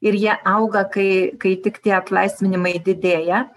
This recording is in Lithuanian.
ir jie auga kai kai tik tie atlaisvinimai didėja